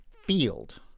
field